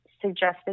suggested